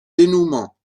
dénouement